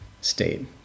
state